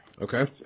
Okay